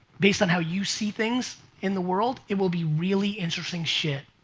based on how you see things in the world, it will be really interesting shit.